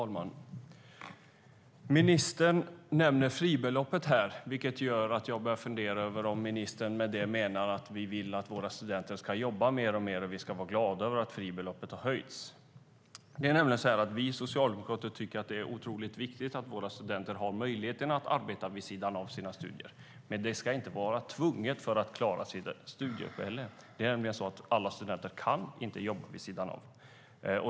Fru talman! Ministern nämner fribeloppet, vilket gör att jag funderar på om ministern med det menar att vi vill att våra studenter ska jobba mer och mer och att vi ska vara glada över att fribeloppet har höjts. Vi socialdemokrater tycker att det är oerhört viktigt att våra studenter har möjlighet att arbeta vid sidan av sina studier, men de ska inte vara tvungna att göra det för att klara sitt uppehälle. Alla studenter kan nämligen inte jobba vid sidan av.